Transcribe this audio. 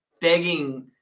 begging